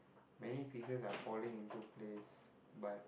many pieces are falling into place but